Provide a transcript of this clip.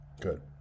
Good